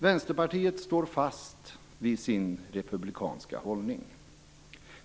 Vänsterpartiet står fast vid sin republikanska hållning.